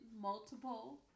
multiple